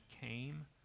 came